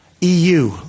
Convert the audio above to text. EU